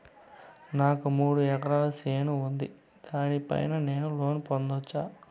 నాకు మూడు ఎకరాలు చేను ఉంది, దాని పైన నేను లోను పొందొచ్చా?